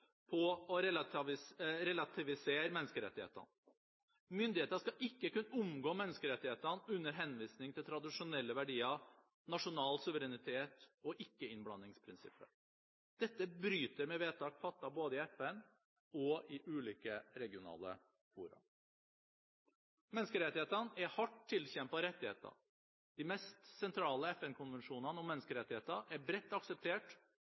på å relativisere menneskerettighetene. Myndigheter skal ikke kunne omgå menneskerettighetene under henvisning til tradisjonelle verdier, nasjonal suverenitet og ikke-innblandingsprinsippet. Dette bryter med vedtak fattet både i FN og i ulike regionale fora. Menneskerettighetene er hardt tilkjempede rettigheter. De mest sentrale FN-konvensjonene om menneskerettigheter er bredt akseptert